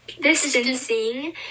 distancing